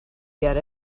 get